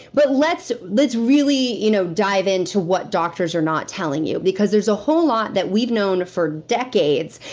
but let's let's really you know dive into what doctors are not telling you. because there's a whole lot that we've known for decades,